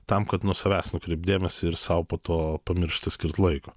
tam kad nuo savęs nukreipt dėmesį ir sau po to pamiršta skirt laiko